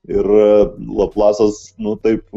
ir laplasas nu taip